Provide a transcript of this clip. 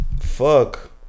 Fuck